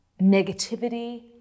negativity